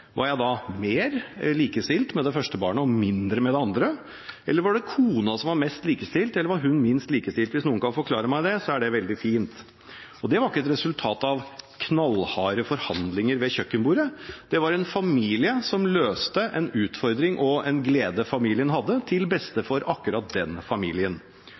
det første barnet og mindre med det andre, eller var det kona som var mest likestilt, eller var hun minst likestilt? Hvis noen kan forklare meg det, er det veldig fint. Det var ikke et resultat av knallharde forhandlinger ved kjøkkenbordet. Det var en familie som løste en utfordring og en glede familien hadde, til beste for akkurat den familien.